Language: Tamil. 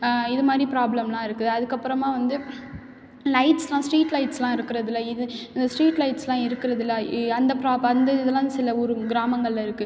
இது மாதிரி ப்ராப்ளம்லாம் இருக்குது அதுக்கப்புறமா வந்து லைட்ஸெலாம் ஸ்ட்ரீட் லைட்ஸெலாம் இருக்கிறதுல்ல இது இந்த ஸ்ட்ரீட் லைட்ஸெலாம் இருக்கிறதுல்ல எ அந்த ப்ராப்பு அந்த இதெலாம் சில ஊருங்க கிராமங்களில் இருக்குது